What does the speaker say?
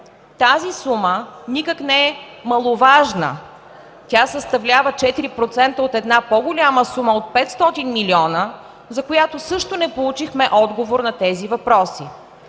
Тази сума никак не е маловажна. Тя съставлява 4% от една по-голяма сума от 500 милиона, за която също не получихме отговор на тези въпроси.